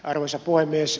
arvoisa puhemies